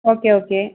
okay okay